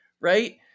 right